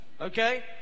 Okay